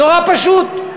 נורא פשוט.